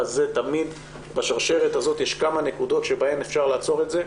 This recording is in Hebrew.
תמיד בשרשרת הזאת יש כמה נקודות שבהן אפשר לעצור את זה.